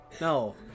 No